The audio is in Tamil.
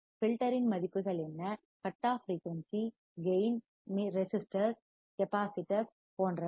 ஃபில்டர்யின் மதிப்புகள் என்ன கட் ஆஃப் ஃபிரீயூன்சி கேயின் மின்தடையங்கள் ரெசிஸ்டர்ஸ் மின்தேக்கிகள் கெப்பாசிட்டர்ஸ் போன்றவை